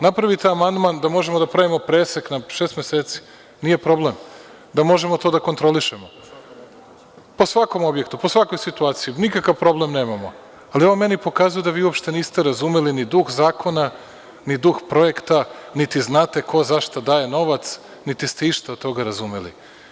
Napravite amandman da možemo da pravimo presek na šest meseci, nije problem, da možemo to da kontrolišemo, po svakom objektu, po svakoj situaciji, nikakav problem nemamo, ali ovo meni pokazuje da vi uopšte niste razumeli ni duh zakona ni duh projekta, niti znate ko za šta daje novac, niti ste išta od toga razumeli.